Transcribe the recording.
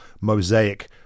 mosaic